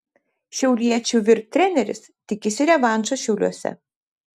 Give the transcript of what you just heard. šiauliečių vyr treneris tikisi revanšo šiauliuose